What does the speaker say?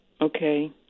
Okay